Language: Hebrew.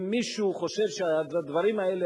אם מישהו חושב שאני אומר את הדברים האלה